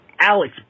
Alex